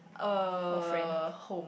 uh home